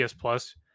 plus